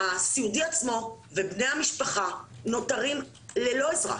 הסיעודי עצמו ובני המשפחה נותרים ללא עזרה